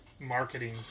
marketing